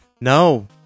No